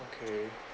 okay